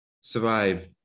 Survive